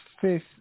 fifth